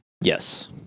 yes